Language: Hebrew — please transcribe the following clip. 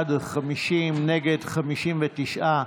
59,